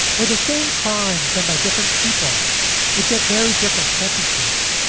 where the same crimes that by different people would get very different sentences.